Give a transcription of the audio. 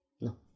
no